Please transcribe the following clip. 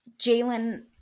Jalen